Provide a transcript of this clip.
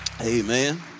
Amen